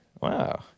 Wow